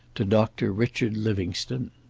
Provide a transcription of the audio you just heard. to doctor richard livingstone.